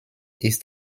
east